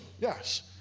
yes